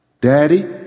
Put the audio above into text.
Daddy